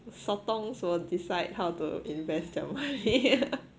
sotongs will decide how to invest their money